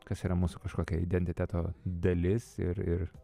kas yra mūsų kažkokia identiteto dalis ir ir